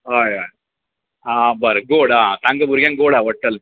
हय हय आं बरें गोड आ सामके भुरग्यांक गोड आवडटले